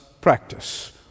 practice